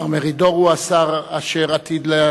השר אשר עתיד,